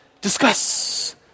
discuss